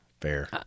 fair